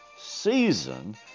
season